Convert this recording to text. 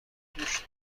دوش